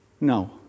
No